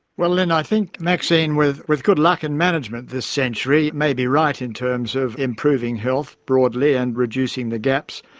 well, lynne, i think maxine, with with good luck and management this century, may be right in terms of improving health broadly and reducing the gaps,